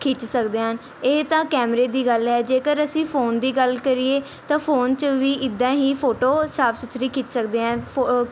ਖਿੱਚ ਸਕਦੇ ਹਨ ਇਹ ਤਾਂ ਕੈਮਰੇ ਦੀ ਗੱਲ ਹੈ ਜੇਕਰ ਅਸੀਂ ਫੋਨ ਦੀ ਗੱਲ ਕਰੀਏ ਤਾਂ ਫੋਨ 'ਚ ਵੀ ਇੱਦਾਂ ਹੀ ਫੋਟੋ ਸਾਫ ਸੁਥਰੀ ਖਿੱਚ ਸਕਦੇ ਹਨ ਫੋ